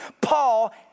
Paul